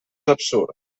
absurd